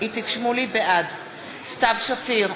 בעד סתיו שפיר,